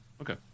okay